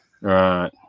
Right